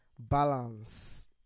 balance